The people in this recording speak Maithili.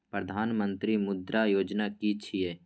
प्रधानमंत्री मुद्रा योजना कि छिए?